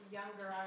younger